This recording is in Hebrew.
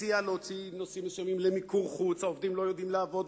הציע להוציא נושאים מסוימים למיקור חוץ: העובדים לא יודעים לעבוד,